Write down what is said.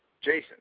Jason